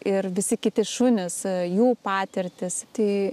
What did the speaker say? ir visi kiti šunys jų patirtys tai